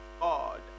God